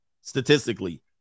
statistically